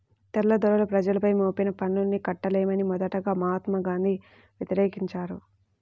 తెల్లదొరలు ప్రజలపై మోపిన పన్నుల్ని కట్టలేమని మొదటగా మహాత్మా గాంధీ వ్యతిరేకించారు